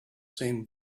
same